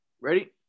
Ready